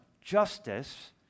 justice